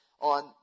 on